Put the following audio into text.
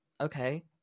okay